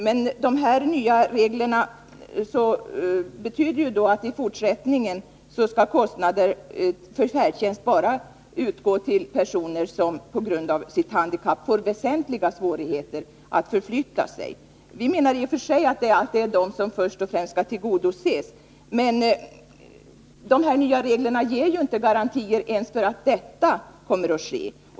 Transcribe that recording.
Men de här nya reglerna innebär att ersättningen i fortsättningen endast skall avse personer som på grund av sitt handikapp har väsentliga svårigheter att förflytta sig. Vi menar i och för sig att det är dessa människor som först och främst skall tillgodoses, men de här nya reglerna ger ju inte garantier ens för att detta kommer att ske.